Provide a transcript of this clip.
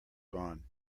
gone